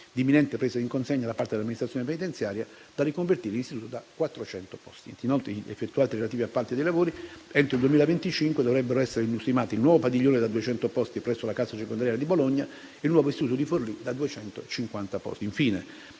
imminente presa in consegna da parte dell'amministrazione penitenziaria, da riconvertire in istituto da 400 posti. Inoltre, effettuati i relativi appalti dei lavori, entro il 2025 dovrebbero essere ultimati il nuovo padiglione da 200 posti presso la casa circondariale di Bologna e il nuovo istituto di Forlì da 250 posti.